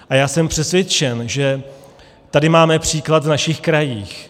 A já jsem přesvědčen, že tady máme příklad v našich krajích.